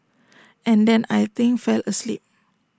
and then I think fell asleep